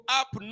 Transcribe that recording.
up